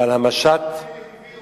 אבל המשט, את זה